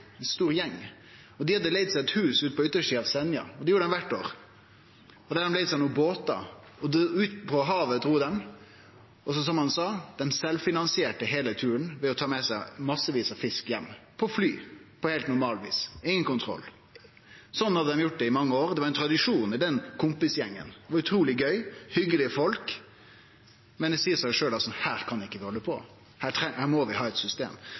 leigd seg eit hus på yttersida av Senja, og det gjorde dei kvart år. Dei leigde seg nokre båtar og drog ut på havet. Og, som den eine sa, dei sjølvfinansierte heile turen ved å ta med seg massevis av fisk heim på flyet, på normalt vis. Det var ingen kontroll. Slik hadde dei gjort det i mange år, det var ein tradisjon i den kompisgjengen. Det var utruleg gøy, det var hyggelege folk, men det seier seg jo sjølv at slik kan det ikkje halde fram. Her må vi ha eit system.